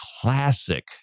classic